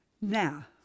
Now